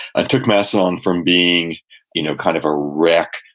and took macedon from being you know kind of a wreck,